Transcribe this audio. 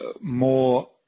more